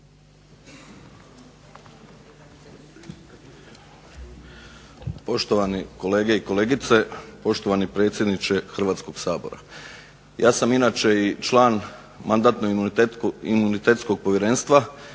Poštovani kolege i kolegice, poštovani predsjedniče Hrvatskog sabora. Ja sam inače i član Mandatno-imunitetskog povjerenstva.